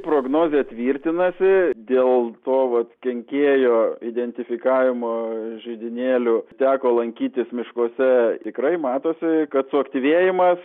prognozė tvirtinasi dėl to vat kenkėjo identifikavimo židinėlių teko lankytis miškuose tikrai matosi kad suaktyvėjimas